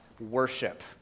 worship